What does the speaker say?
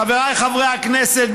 חבריי חברי הכנסת,